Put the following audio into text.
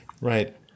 Right